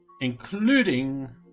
including